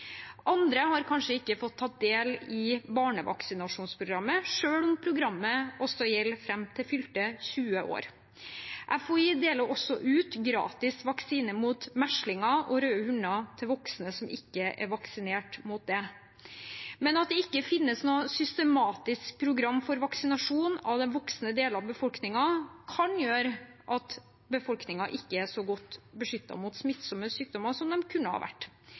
Andre har kanskje ikke fått ta del i barnevaksinasjonsprogrammet, selv om programmet gjelder fram til fylte 20 år. FHI deler også ut gratis vaksine mot meslinger og røde hunder til voksne som ikke er vaksinert mot det. Men at det ikke finnes noe systematisk program for vaksinasjon av den voksne delen av befolkningen, kan gjøre at befolkningen ikke er så godt beskyttet mot smittsomme sykdommer som de kunne ha vært.